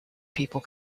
people